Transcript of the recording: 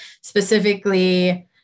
specifically